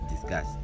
discuss